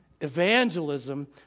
Evangelism